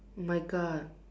oh my God